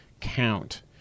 count